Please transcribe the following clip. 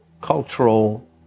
cultural